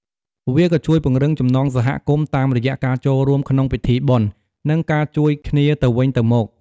វាក៏ជួយពង្រឹងចំណងសហគមន៍តាមរយៈការចូលរួមក្នុងពិធីបុណ្យ និងការជួយគ្នាទៅវិញទៅមក។